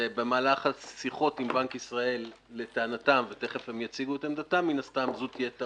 ובמהלך השיחות עם בנק ישראל לטענתם זו תהיה טעות